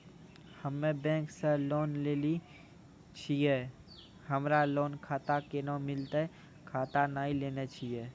हम्मे बैंक से लोन लेली छियै हमरा लोन खाता कैना मिलतै खाता नैय लैलै छियै?